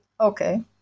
Okay